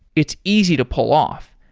it's easy to pull off.